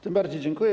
Tym bardziej dziękuję.